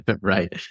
right